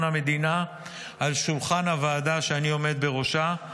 המדינה על שולחן הוועדה שאני עומד בראשה,